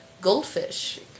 Goldfish